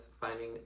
finding